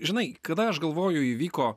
žinai kada aš galvoju įvyko